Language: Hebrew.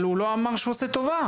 אבל הוא לא אמר שהוא עושה טובה.